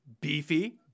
beefy